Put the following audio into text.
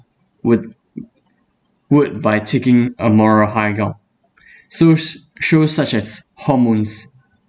would would by taking a moral high ground show~ shows such as hormones